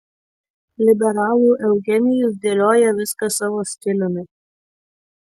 liberalų eugenijus dėlioja viską savo stiliumi